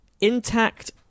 Intact